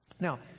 Now